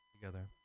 together